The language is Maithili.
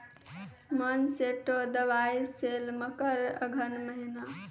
मोनसेंटो दवाई सेल मकर अघन महीना,